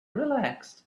relaxed